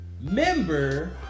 member